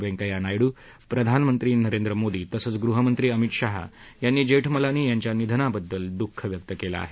व्यंकय्या नायडू प्रधानमंत्री नरेंद्र मोदी तसंच गृहमंत्री अमित शहा यांनी जेठमलानी यांच्या निधनाबद्दल दुःख व्यक्त केलं आहे